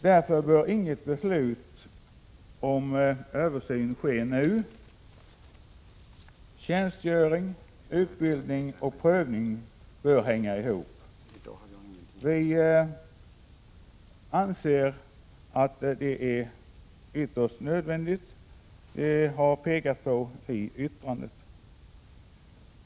Därför bör inget beslut om översyn ske nu. Tjänstgöring, utbildning och prövning bör hänga ihop. Vi anser att det är ytterst nödvändigt att uppmärksamma vad man har pekat på i yttrandet.